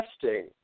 testing